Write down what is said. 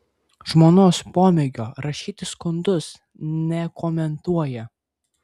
žmonos pomėgio rašyti skundus nekomentuoja